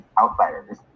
outsiders